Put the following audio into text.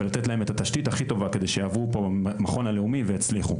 ולתת להם את התשתית הכי טובה כדי שיעברו בפה מכון הלאומי ויצליחו.